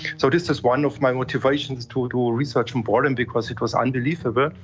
so this is one of my motivations to ah do ah research on boredom, because it was unbelievable,